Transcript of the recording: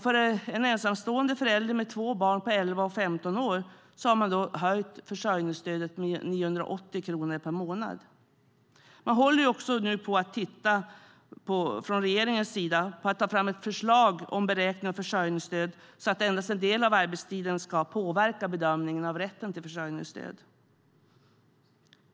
För en ensamstående förälder med två barn på 11 och 15 år har man höjt försörjningsstödet med 980 kronor per månad. Regeringen håller nu också på att ta fram ett förslag om beräknat försörjningsstöd, så att endast en del av arbetstiden ska påverka bedömningen av rätten till försörjningsstöd.